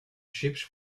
chips